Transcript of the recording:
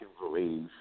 believe